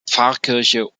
pfarrkirche